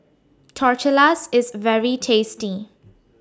Tortillas IS very tasty